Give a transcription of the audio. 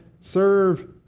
serve